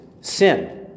sin